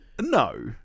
No